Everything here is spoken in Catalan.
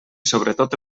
sobretot